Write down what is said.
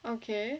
okay